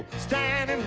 stand